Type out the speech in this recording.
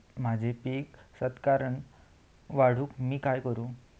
माझी पीक सराक्कन वाढूक मी काय करू?